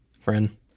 friend